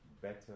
better